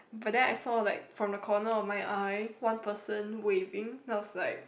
but then I saw like from the corner of my eye one person waving then i was like